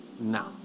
now